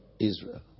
israel